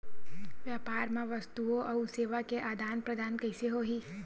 व्यापार मा वस्तुओ अउ सेवा के आदान प्रदान कइसे होही?